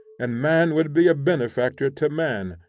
and man would be a benefactor to man,